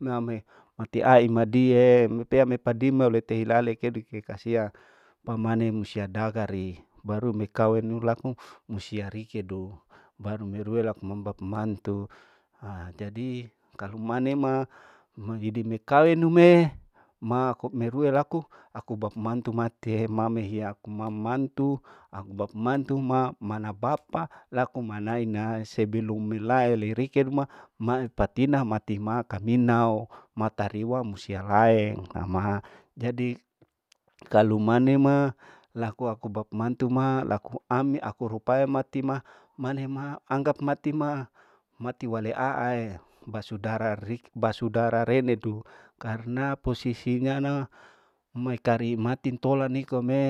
Ename mati aiimadie mipea ipadime hulete hilale keduke kasiang, pamane musia dagari, baru mikawenu laku musia rikedu, baru mirue laku mam bap mantu, aajadi kalu manema mahidi mekawenu me, ma akup merue laku aku bap mantu matie ma mehie aku mama mantu, aku bap mantu ma mana papa lakumana inaha sebelum milae lirikeduma maptina mati ma kaminao, matariwa musia laeng, ha jadi kalu mane ma laku aku bapa mantu ma laku ami aku rupae mati ma, manema anggap mati ma mati waleiaae, basudara rike basudara renedu, karna posisi nyana maikari mati intola nikome,